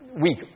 weak